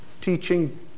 teaching